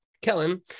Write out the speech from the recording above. Kellen